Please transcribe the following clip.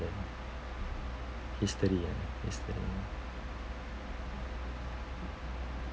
history uh history